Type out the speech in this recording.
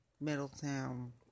Middletown